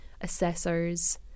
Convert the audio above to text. assessors